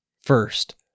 First